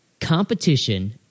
competition